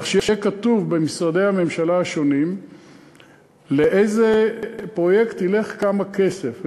כך שיהיה כתוב במשרדי הממשלה השונים לאיזה פרויקט ילך כמה כסף.